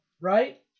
right